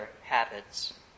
habits